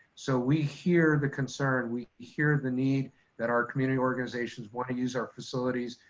so we hear the concern, we hear the need that our community organizations wanna use our facilities,